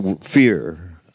fear